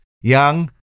young